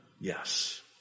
Yes